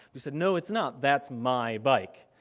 he said, no it's not that's my bike.